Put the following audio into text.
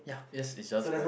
yup yes it's just right